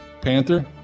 Panther